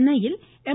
சென்னையில் எம்